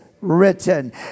written